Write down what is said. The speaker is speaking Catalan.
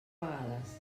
vegades